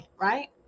right